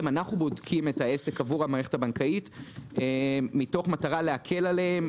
אנחנו בודקים את העסק עבור המערכת הבנקאית מתוך מטרה להקל עליהם,